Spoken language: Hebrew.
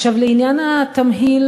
עכשיו לעניין התמהיל,